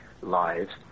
lives